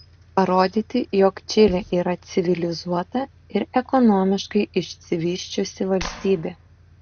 parodyti jog čilė yra civilizuota ir ekonomiškai išsivysčiusi valstybė